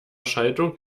schaltung